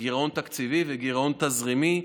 גירעון תקציבי וגירעון תזרימי,